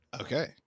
Okay